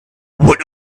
what